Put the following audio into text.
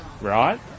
right